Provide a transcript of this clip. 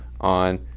on